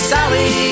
Sally